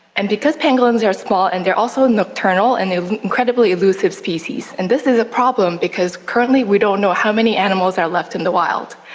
and because pangolins are small and they are also nocturnal and an incredibly elusive species, and this is a problem because currently we don't know how many animals are left in the wild,